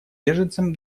беженцам